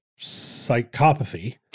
psychopathy